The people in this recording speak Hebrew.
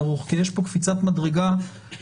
ארוך כי יש כאן קפיצת מדרגה משמעותית.